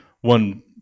one